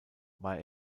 war